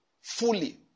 fully